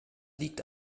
liegt